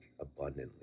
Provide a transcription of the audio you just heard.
abundantly